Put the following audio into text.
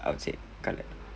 I would say coloured